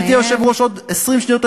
הזמן תם.